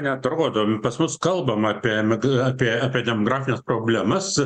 neatrodom pas mus kalbama apie emi apie apie demografines problemas